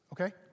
okay